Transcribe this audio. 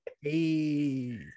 Hey